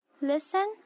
Listen